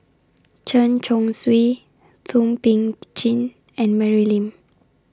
Chen Chong Swee Thum Ping Tjin and Mary Lim